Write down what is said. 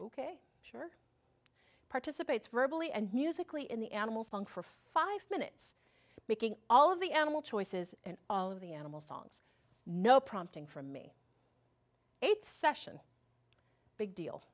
ok sure participates virtually and musically in the animals on for five minutes making all of the animal choices and all of the animal songs no prompting from me eight session big deal